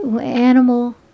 animal